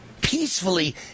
peacefully